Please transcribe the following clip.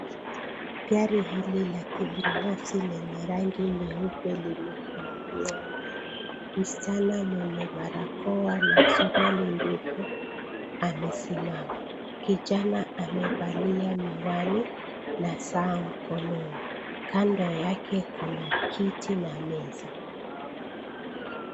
Gari hili la kibinafsi lenye rangi nyeupe limefunguliwa mbele. Msichana mwenye barakoa na suruali ndefu amesimama. Kijana amevalia miwani na saa mkononi. Kando yake kuna kiti na meza.